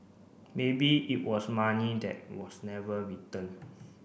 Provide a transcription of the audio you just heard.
maybe it was money that was never return